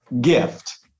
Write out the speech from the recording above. gift